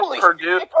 Purdue